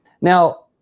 Now